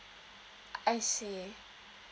I see